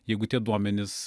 jeigu tie duomenys